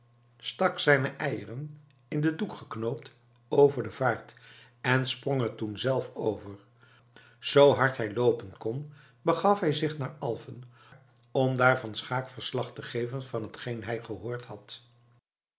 stak zijne eieren in den doek geknoopt over de vaart en sprong er toen zelf over zoo hard hij loopen kon begaf hij zich naar alfen om daar van schaeck verslag te geven van hetgeen hij gehoord had